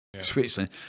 Switzerland